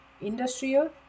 industrial